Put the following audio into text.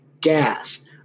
gas